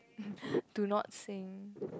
do not sing